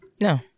No